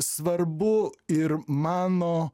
svarbu ir mano